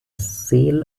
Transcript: sale